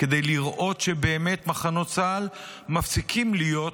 כדי לראות שבאמת מחנות צה"ל מפסיקים להיות